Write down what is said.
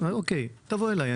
תבוא אליי,